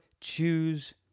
choose